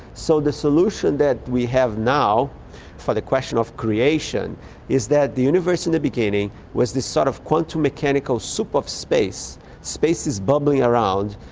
so the solution that we have now for the question of creation is that the universe in the beginning was this sort of quantum mechanical soup of space, space is bubbling around,